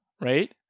right